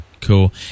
Cool